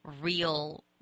real